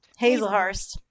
Hazelhurst